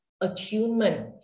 attunement